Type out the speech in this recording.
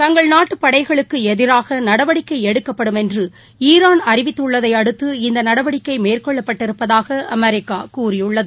தங்கள் நாட்டுபடைகளுக்குஎதிராகநடவடிக்கைஎடுக்கப்படும் என்றுரான் அறிவித்துள்ளதைஅடுத்து இந்தநடவடிக்கைமேற்கொள்ளப் பட்டிருப்பதாகஅமெரிக்காகூறியுள்ளது